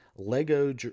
Lego